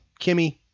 Kimmy